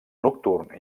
nocturn